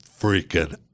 freaking